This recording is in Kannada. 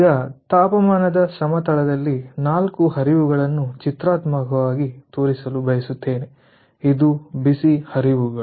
ಈಗ ತಾಪಮಾನದ ಸಮತಲದಲ್ಲಿ ನಾಲ್ಕು ಹರಿವುಗಳನ್ನು ಚಿತ್ರಾತ್ಮಕವಾಗಿ ತೋರಿಸಲು ಬಯಸುತ್ತೇನೆ ಇದು ಬಿಸಿ ಹರಿವುಗಳು